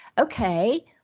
Okay